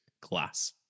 class